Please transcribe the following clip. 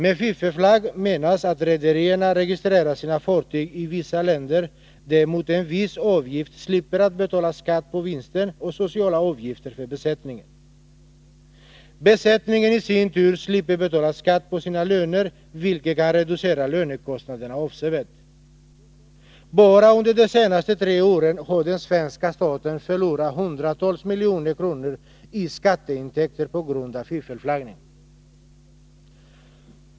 Med fiffelflagg menas att rederierna registrerar sina fartyg i vissa länder, där man mot en viss avgift slipper att betala skatt på vinster och sociala avgifter för besättningen. Besättningen i sin tur slipper betala skatt på sina löner, vilket kan reducera lönekostnaderna avsevärt. Bara under de senaste tre åren har svenska staten förlorat hundratals miljoner i skatteintäkter på grund av fiffelflaggning.